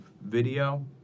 video